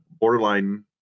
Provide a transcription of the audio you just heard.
borderline